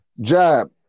Jab